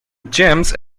gyms